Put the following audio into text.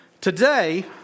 Today